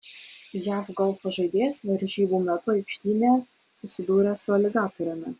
jav golfo žaidėjas varžybų metu aikštyne susidūrė su aligatoriumi